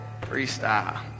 Freestyle